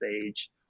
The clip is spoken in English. stage